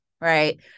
right